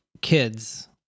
kids